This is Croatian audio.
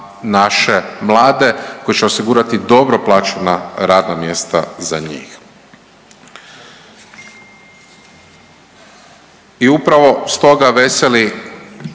naše mlade, koji će osigurati dobro plaćena radna mjesta za njih. I upravo stoga veseli